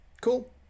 cool